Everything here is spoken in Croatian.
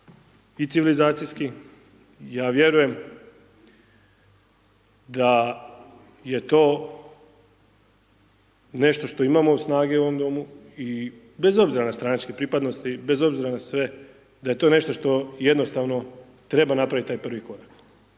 i civilizacijski, ja vjerujem da je to nešto što imamo snage u ovom Domu i bez obzira na stranačke pripadnosti, bez obzira na sve, da je to nešto što jednostavno treba napraviti taj prvi korak.